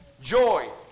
joy